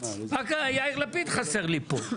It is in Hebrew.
יאיר לפיד חסר לי פה.